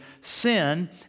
sin